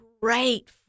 great